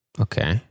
Okay